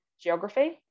geography